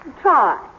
Try